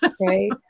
Right